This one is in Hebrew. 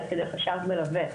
עד כדי חשב מלווה.